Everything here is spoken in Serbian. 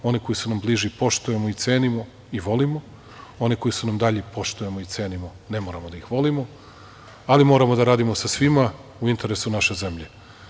One koji su nam bliži poštujemo, cenimo i volimo, one koji su nam dalji poštujemo i cenimo, ne moramo da ih volimo, ali moramo da radimo sa svima u interesu naše zemlje.